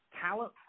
talent